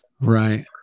Right